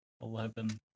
Eleven